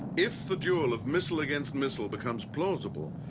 if the duel of missile against missile becomes plausible,